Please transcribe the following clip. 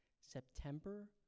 September